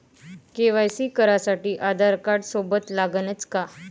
KYC करासाठी आधारकार्ड सोबत लागनच का?